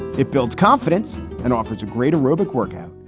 it builds confidence and offers a greater robock workout.